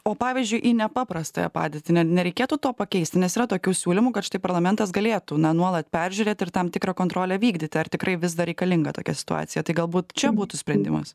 o pavyzdžiui į nepaprastąją padėtį ne nereikėtų to pakeisti nes yra tokių siūlymų kad štai parlamentas galėtų na nuolat peržiūrėt ir tam tikrą kontrolę vykdyti ar tikrai vis dar reikalinga tokia situacija tai galbūt čia būtų sprendimas